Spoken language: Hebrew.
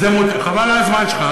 חבל על הזמן שלך.